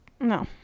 No